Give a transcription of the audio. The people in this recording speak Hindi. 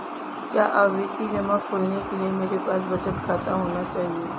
क्या आवर्ती जमा खोलने के लिए मेरे पास बचत खाता होना चाहिए?